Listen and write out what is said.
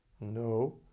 No